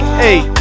Hey